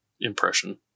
impression